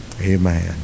amen